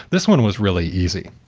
this one was really easy.